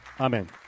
Amen